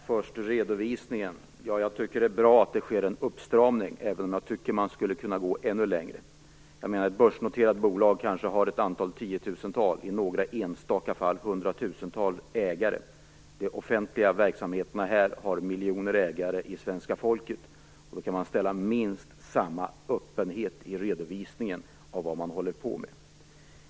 Fru talman! Det är bra att det sker en uppstramning av redovisningen, även om man skulle kunna gå ännu längre. Börsnoterade bolag har några tiotusental ägare, i några enstaka fall ett hundratusental ägare. De offentliga verksamheterna har miljoner ägare i svenska folket, och då kan man ställa minst samma krav på öppenhet i redovisningen av vad de håller på med.